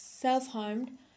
self-harmed